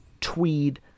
tweed